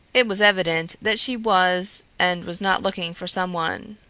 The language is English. it was evident that she was and was not looking for someone.